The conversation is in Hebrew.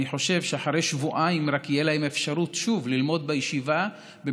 אני חושב שרק אחרי שבועיים תהיה להם אפשרות ללמוד בישיבה שוב,